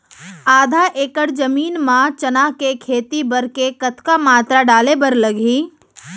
आधा एकड़ जमीन मा चना के खेती बर के कतका मात्रा डाले बर लागही?